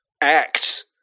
act